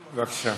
בבקשה.